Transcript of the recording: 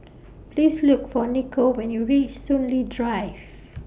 Please Look For Niko when YOU REACH Soon Lee Drive